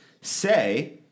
Say